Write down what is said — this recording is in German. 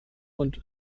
und